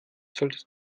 solltest